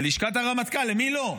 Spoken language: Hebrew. ללשכת הרמטכ"ל, למי לא?